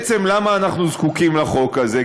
בעצם למה אנחנו זקוקים לחוק הזה?